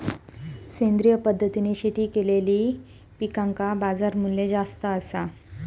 सेंद्रिय पद्धतीने शेती केलेलो पिकांका बाजारमूल्य जास्त आसा